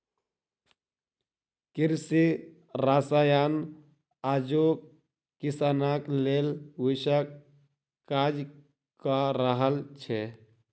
कृषि रसायन आजुक किसानक लेल विषक काज क रहल छै